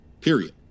period